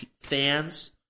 fans